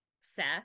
Seth